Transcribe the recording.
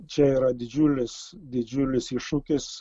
čia yra didžiulis didžiulis iššūkis